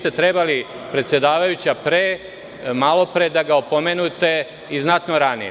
Trebalo je, predsedavajuća, malopre da ga opomenete i znatno ranije.